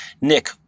Nick